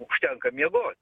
užtenka miegot